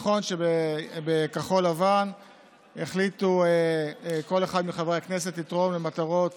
נכון שבכחול לבן החליטו כל אחד מחברי הכנסת לתרום למטרות